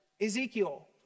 Ezekiel